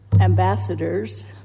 ambassadors